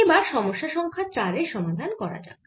এবার সমস্যা সংখ্যা 4 এর সমাধান করা যাক